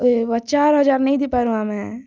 ଓଏବା ଚାରହଜାର ନାଇଁ ଦେଇପାରୁ ଆମେ